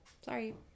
sorry